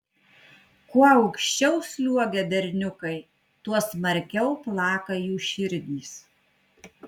kuo aukščiau sliuogia berniukai tuo smarkiau plaka jų širdys